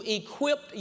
equip